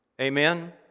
Amen